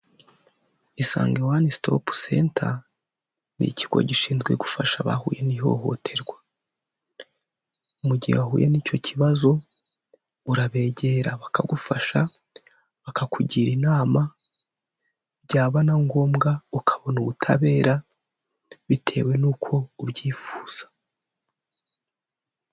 Isange One Stop Center ni ikigo gishinzwe gufasha abahuye n'ihohoterwa, mu gihe wahuye n'icyo kibazo, urabegera bakagufasha bakakugira inama, byaba na ngombwa ukabona ubutabera, bitewe n'uko ubyifuza.